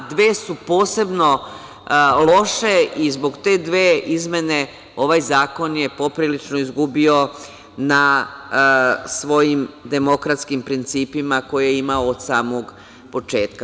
Dve su posebno loše i zbog te dve izmene ovaj zakon je poprilično izgubio na svojim demokratskim principima koje je imao od samog početka.